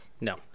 No